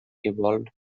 evolved